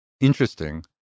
interesting